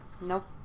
Nope